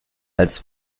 als